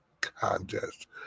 contest